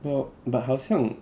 well but 好像